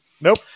Nope